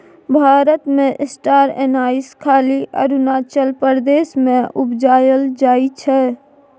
भारत मे star anise खाली अरुणाचल प्रदेश मे उपजाएल जाइ छै